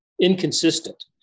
inconsistent